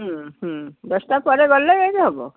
ହୁଁ ହୁଁ ଦଶଟା ପରେ ଗଲେ ଯାଇ କି ହେବ